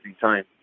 time